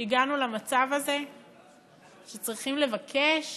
שהגענו למצב הזה שצריכים לבקש